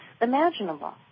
imaginable